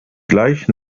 gleich